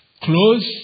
close